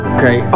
Okay